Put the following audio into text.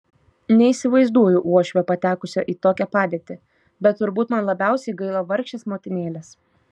neįsivaizduoju uošvio patekusio į tokią padėtį bet turbūt man labiausiai gaila vargšės motinėlės